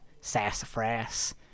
Sassafras